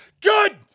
Good